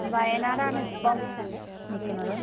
വയനാടാണ് ഇപ്പോൾ നിക്കുന്നത്